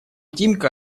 тимка